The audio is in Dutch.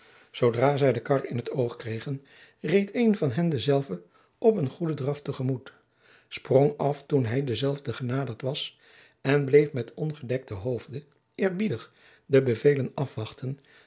zoodra zij de kar in t oog kregen reed een van hen dezelve op een goeden draf te gemoet sprong af toen hij dezelve genaderd was en bleef met ongedekten hoofde eerbiedig de bevelen afwachten